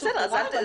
אסירים שובתי רעב.